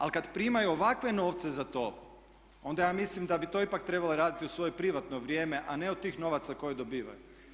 Ali kad primaju ovakve novce za to, onda ja mislim da bi to ipak trebala raditi u svoje privatno vrijeme, a ne od tih novaca koje dobivaju.